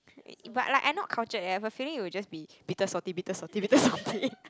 but I like not culture at if I finished I will just be bitter salty bitter salty bitter salty